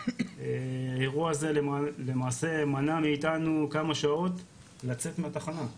האירוע הזה למעשה מנע מאיתנו כמה שעות לצאת מהתחנה,